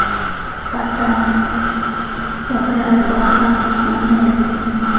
ᱯᱟᱛᱟ ᱥᱚᱨᱦᱟᱭ ᱵᱟᱦᱟ ᱢᱟᱜ ᱢᱚᱬᱮ